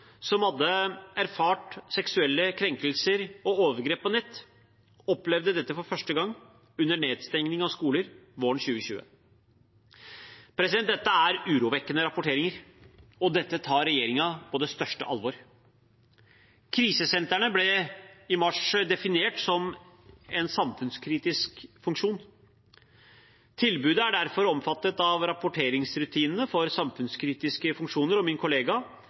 som hadde erfart seksuelle krenkelser og overgrep på nett, opplevde dette for første gang under nedstengningen av skolene våren 2020. Dette er urovekkende rapporteringer, og dette tar regjeringen på det største alvor. Krisesentrene ble i mars definert som en samfunnskritisk funksjon. Tilbudet er derfor omfattet av rapporteringsrutinene for samfunnskritiske funksjoner, og min kollega